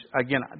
again